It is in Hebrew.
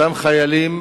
אותם חיילים